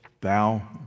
Thou